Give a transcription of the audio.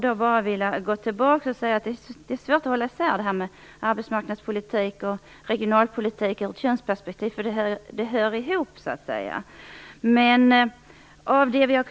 Det är svårt att hålla isär detta med arbetsmarknadspolitik och regionalpolitik ur ett könsperspektiv, för de hör så att säga ihop.